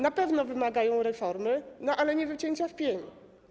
Na pewno wymagają reformy, ale nie wycięcia w pień.